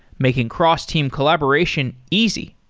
making cross-team collaboration easy.